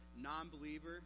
Non-believer